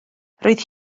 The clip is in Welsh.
roedd